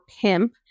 pimp